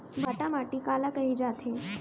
भांटा माटी काला कहे जाथे?